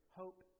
hope